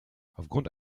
aufgrund